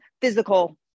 physical